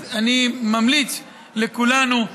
אז אני ממליץ לכולנו,